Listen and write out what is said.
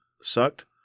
sucked